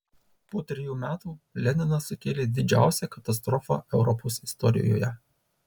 po trejų metų leninas sukėlė didžiausią katastrofą europos istorijoje